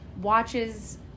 watches